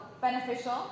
beneficial